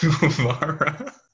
Guevara